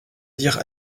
dire